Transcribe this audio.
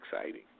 exciting